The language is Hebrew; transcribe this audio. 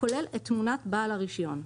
הכולל את תמונת בעל הרישיון".